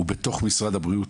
הוא בתוך משרד הבריאות,